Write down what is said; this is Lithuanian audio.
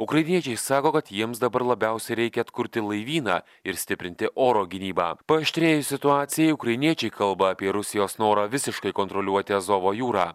ukrainiečiai sako kad jiems dabar labiausiai reikia atkurti laivyną ir stiprinti oro gynybą paaštrėjus situacijai ukrainiečiai kalba apie rusijos norą visiškai kontroliuoti azovo jūrą